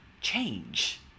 change